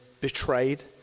betrayed